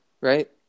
Right